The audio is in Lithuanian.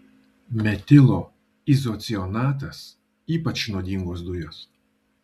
metilo izocianatas ypač nuodingos dujos